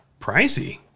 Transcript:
pricey